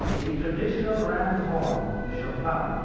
the traditional ram's horn, the shophar,